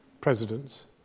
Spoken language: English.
presidents